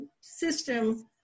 system